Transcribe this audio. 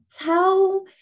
tell